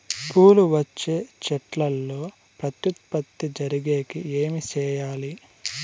పూలు వచ్చే చెట్లల్లో ప్రత్యుత్పత్తి జరిగేకి ఏమి చేయాలి?